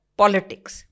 politics